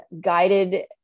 guided